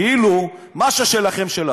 כאילו מה ששלכם, שלכם,